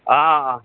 অঁ অঁ অঁ